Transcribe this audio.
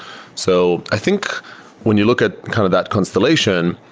so i think when you look at kind of that constellation,